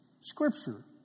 scripture